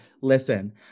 listen